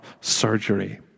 surgery